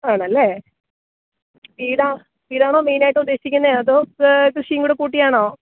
ആണല്ലേ വീടാണോ മെയിനായിട്ട് ഉദ്ദേശിക്കുന്നേ അതോ കൃഷിയും കൂടി കൂട്ടിയാണോ